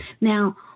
Now